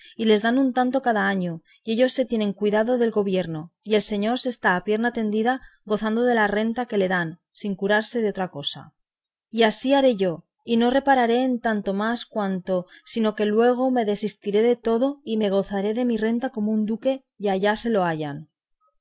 y les dan un tanto cada año y ellos se tienen cuidado del gobierno y el señor se está a pierna tendida gozando de la renta que le dan sin curarse de otra cosa y así haré yo y no repararé en tanto más cuanto sino que luego me desistiré de todo y me gozaré mi renta como un duque y allá se lo hayan